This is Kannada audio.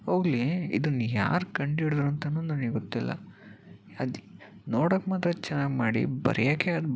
ಹೋಗಲಿ ಇದನ್ನು ಯಾರು ಕಂಡು ಹಿಡಿದ್ರು ಅಂತಲೂ ನನಗ್ಗೊತ್ತಿಲ್ಲ ಅದು ನೋಡೋಕ್ಕೆ ಮಾತ್ರ ಚೆನ್ನಾಗಿ ಮಾಡಿ ಬರೆಯೋಕ್ಕೆ